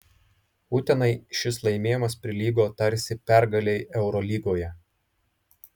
utenai šis laimėjimas prilygo tarsi pergalei eurolygoje